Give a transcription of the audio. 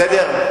בסדר?